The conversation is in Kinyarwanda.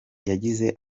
yagize